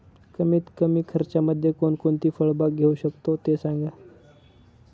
कमीत कमी खर्चामध्ये कोणकोणती फळबाग घेऊ शकतो ते सांगा